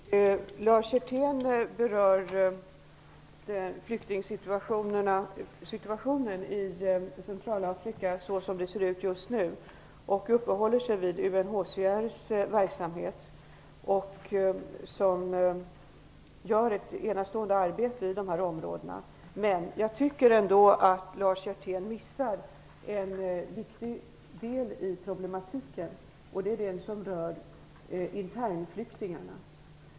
Herr talman! Lars Hjertén berör flyktingsituationen i Centralafrika så som den ser ut just nu och uppehåller sig vid UNHCR:s verksamhet, som gör ett enastående arbete. Men jag tycker att Lars Hjertén missar en viktig del i problematiken, den som rör internflyktingarna.